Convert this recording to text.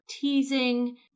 teasing